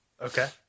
Okay